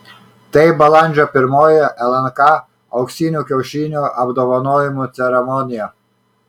tai balandžio pirmoji lnk auksinių kiaušinių apdovanojimų ceremonija